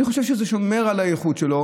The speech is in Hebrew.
אני חושב שזה שומר על הייחוד שלו.